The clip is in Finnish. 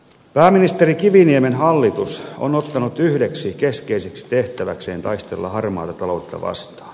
pääministeri kiviniemen hallitus on ottanut yhdeksi keskeiseksi tehtäväkseen taistella harmaata taloutta vastaan